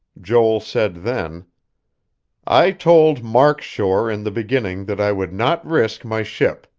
joel said then i told mark shore in the beginning that i would not risk my ship.